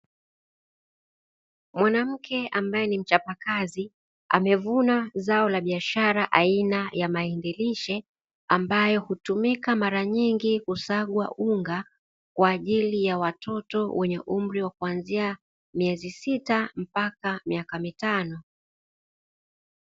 Mwananamke ambae ni mchapakazi amevuna zao la biashara aina ya mahindi lishe ambayo hutumika mara nyingi kusaga unga kwaajili ya watoto wenye umri kuanzia miezi sita mpaka miaka mitano.